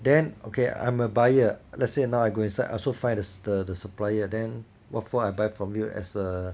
then okay I'm a buyer let's say now I go inside I also find the the supplier then what for I buy from you as a